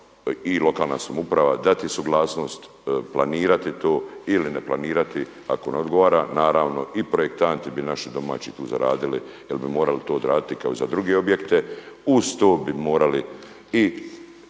i lokalna samouprava dati suglasnost, planirati to ili ne planirati ako vam ne odgovara naravno i projektanti bi naši domaći tu zaradili jer bi morali to odraditi kao i za druge objekte. Uz to bi morali i